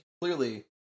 clearly